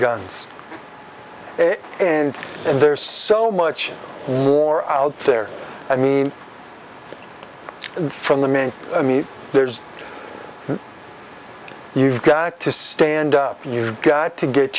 guns and there's so much more out there i mean from the make me there's you've got to stand up you've got to get